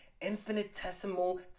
infinitesimal